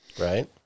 right